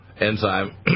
enzyme